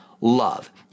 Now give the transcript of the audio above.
love